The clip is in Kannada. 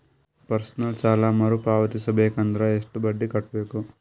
ಪರ್ಸನಲ್ ಸಾಲ ಮರು ಪಾವತಿಸಬೇಕಂದರ ಎಷ್ಟ ಬಡ್ಡಿ ಕಟ್ಟಬೇಕು?